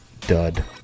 dud